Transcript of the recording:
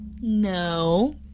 No